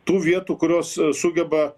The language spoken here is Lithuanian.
tų vietų kurios sugeba